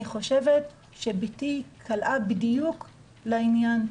אני חושבת שבתי קלעה בדיוק לעניין.